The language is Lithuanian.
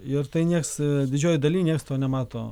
ir tai nieks didžiojoj daly nieks to nemato